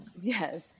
Yes